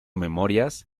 memorias